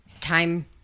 time